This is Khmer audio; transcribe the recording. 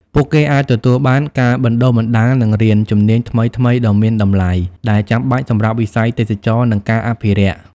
ពួកគេអាចទទួលបាន ការបណ្តុះបណ្តាល និងរៀន ជំនាញថ្មីៗដ៏មានតម្លៃ ដែលចាំបាច់សម្រាប់វិស័យទេសចរណ៍ និងការអភិរក្ស។